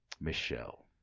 Michelle